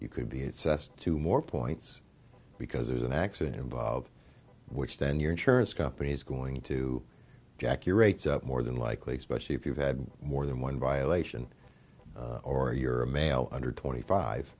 you could be it's two more points because there's an accident involved which then your insurance company's going to jack your rates up more than likely especially if you've had more than one violation or you're a male under twenty five